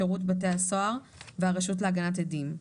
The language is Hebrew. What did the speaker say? שירות בתי הסוהר והרשות להגנת עדים.